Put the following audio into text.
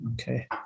Okay